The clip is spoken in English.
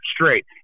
straight